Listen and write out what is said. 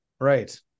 right